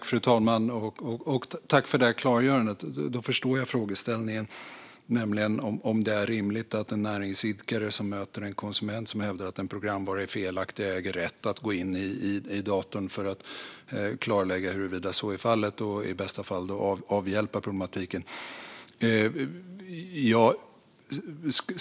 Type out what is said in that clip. Fru talman! Jag tackar för klargörandet - då förstår jag frågeställningen. Är det rimligt att en näringsidkare som möter en konsument som hävdar att en programvara är felaktig äger rätt att gå in i datorn för att klarlägga huruvida så är fallet och i bästa fall avhjälpa problematiken?